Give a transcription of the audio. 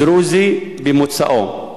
דרוזי במוצאו,